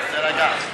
תירגע.